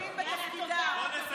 לא, הם פשוט מצטיינים בתפקידם.